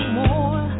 more